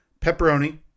pepperoni